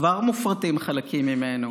כבר מופרטים חלקים ממנו.